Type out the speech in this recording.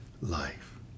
life